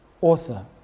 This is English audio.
author